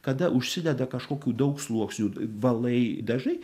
kada užsideda kažkokių daug sluoksnių valai dažai